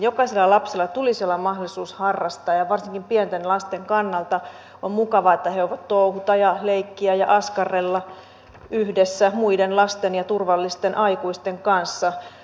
jokaisella lapsella tulisi olla mahdollisuus harrastaa ja varsinkin pienten lasten kannalta on mukavaa että he voivat touhuta ja leikkiä ja askarrella yhdessä muiden lasten ja turvallisten aikuisten kanssa